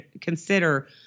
consider